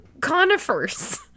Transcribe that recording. conifers